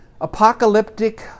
apocalyptic